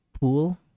pool